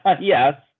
Yes